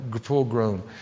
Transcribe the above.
full-grown